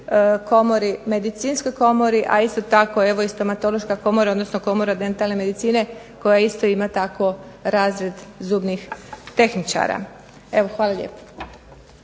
komori medicinskoj komori, a isto tako evo i stomatološka komora, odnosno komora dentalne medicine koja isto ima tako razred zubnih tehničara. Evo, hvala lijepo.